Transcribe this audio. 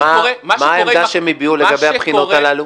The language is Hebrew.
מה העמדה שהם הביעו לגבי הבחינות הללו?